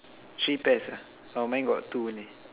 three pairs ah orh mine got two only